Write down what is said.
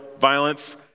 violence